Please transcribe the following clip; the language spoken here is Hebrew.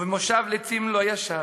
ובמושב לצים לא ישב.